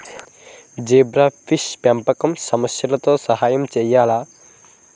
Zebrafish పెంపకం సమస్యలతో సహాయం చేయాలా?